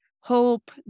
Hope